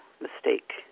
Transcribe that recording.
mistake